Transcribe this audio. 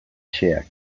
xeheak